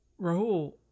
Rahul